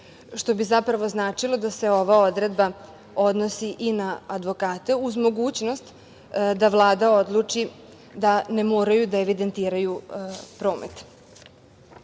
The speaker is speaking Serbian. što bi zapravo značilo da se ova odredba odnosi i na advokate, uz mogućnost da Vlada odluči da ne moraju da evidentiraju promet. Advokat